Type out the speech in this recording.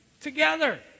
together